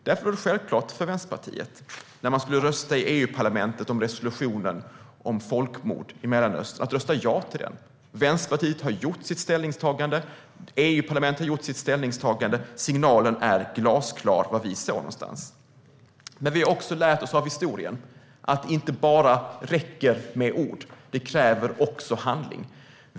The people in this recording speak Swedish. Därför var det, när man skulle rösta i EU-parlamentet om resolutionen om folkmord i Mellanöstern, självklart för Vänsterpartiet att rösta ja till den. Vänsterpartiet har gjort sitt ställningstagande. EU-parlamentet har gjort sitt ställningstagande. Signalen är glasklar om var vi står någonstans. Men vi har också lärt oss av historien att det inte räcker med bara ord. Det kräver också handling.